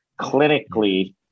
clinically